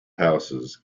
houses